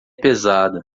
pesada